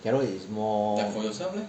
carol is more